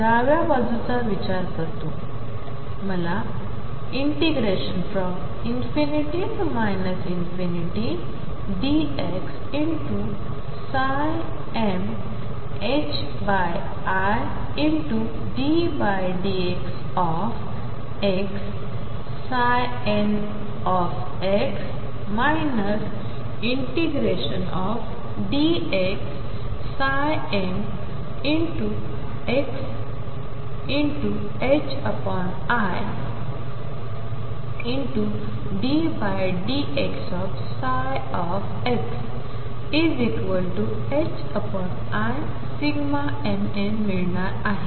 तर मी समीकरणाच्या डाव्या बाजूचा विचार करतो मला ∞dx middxxn ∫dxm xi dnxdximnमिळणार आहे